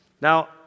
Now